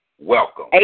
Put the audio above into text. welcome